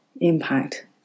impact